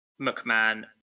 McMahon